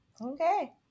Okay